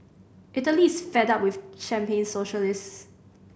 Italy is fed up with champagne socialists